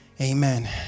Amen